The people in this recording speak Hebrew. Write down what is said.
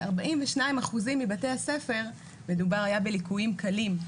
ו-42% מבתי הספר מדובר היה בליקויים קלים,